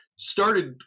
started